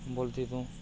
ବୋଲତି ତୁ